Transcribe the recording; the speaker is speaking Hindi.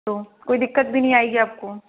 तो कोई दिक़्क़त भी नहीं आएगी आपको